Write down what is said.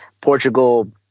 Portugal